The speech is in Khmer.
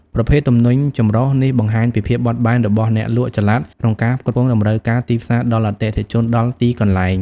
ប្រភេទទំនិញចម្រុះនេះបង្ហាញពីភាពបត់បែនរបស់អ្នកលក់ចល័តក្នុងការផ្គត់ផ្គង់តម្រូវការទីផ្សារដល់អតិថិជនដល់ទីកន្លែង។